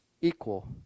equal